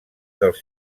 dels